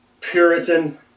Puritan